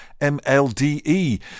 MLDE